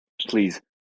please